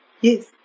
Yes